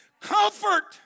comfort